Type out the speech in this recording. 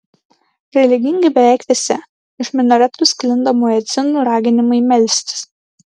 religingi beveik visi iš minaretų sklinda muedzinų raginimai melstis